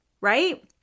right